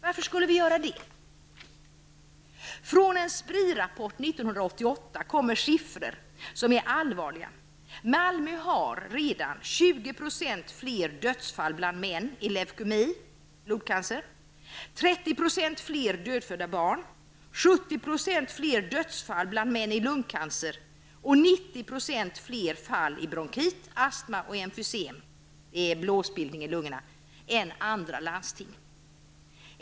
Varför skulle vi göra det? Från en SPRI-rapport 1988 kommer siffror som är allvarliga. Malmö landsting har redan 20 % fler dödsfall bland män i leukemi, dvs. blodcancer, 30 % fler dödfödda barn, 70 % fler dödsfall bland män i lungcancer och 90 % fler fall i bronkit, astma och emfysem, dvs. blåsbildning i lungorna, än andra landsting.